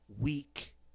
weak